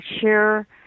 share